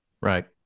Right